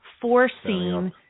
forcing